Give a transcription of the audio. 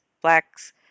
blacks